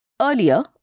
Earlier